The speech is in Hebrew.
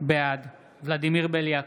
בעד ולדימיר בליאק,